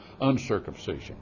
uncircumcision